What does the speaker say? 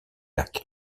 lacs